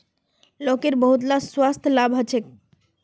लौकीर बहुतला स्वास्थ्य लाभ ह छेक